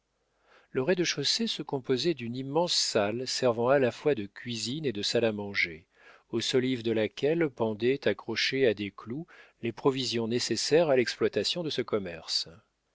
le rez-de-chaussée se composait d'une immense salle servant à la fois de cuisine et de salle à manger aux solives de laquelle pendaient accrochées à des clous les provisions nécessaires à l'exploitation de ce commerce